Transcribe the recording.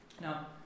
Now